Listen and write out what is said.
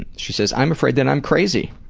and she says, i'm afraid that i'm crazy.